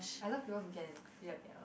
I love people who can play the piano